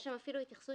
יש שם אפילו התייחסות